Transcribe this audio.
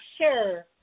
sure